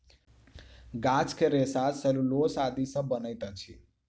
गाछ के रेशा सेल्यूलोस आदि सॅ बनैत अछि